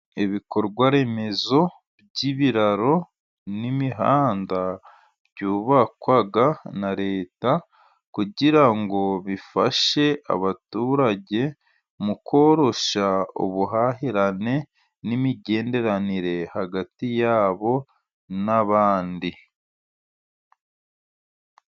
Ibikorwa remezo by'ibiraro n'imihanda, byubakwaga na leta kugira ngo bifashe abaturage, mu koroshya ubuhahirane n'imigenderanire hagati yabo n'abandi.